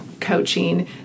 coaching